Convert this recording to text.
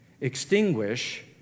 extinguish